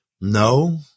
No